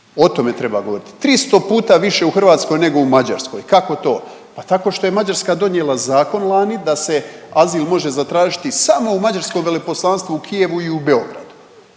O tome treba govoriti. 300 puta više u Hrvatskoj nego u Mađarskoj. Kako to? Pa tako što je Mađarska donijela zakon lani, da se azil može zatražiti samo u mađarskom veleposlanstvu u Kijevu i u Beogradu,